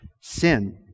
sin